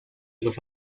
los